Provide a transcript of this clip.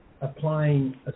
applying